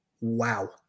Wow